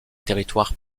territoires